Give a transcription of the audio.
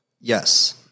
Yes